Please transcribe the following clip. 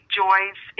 joys